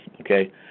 okay